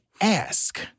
ask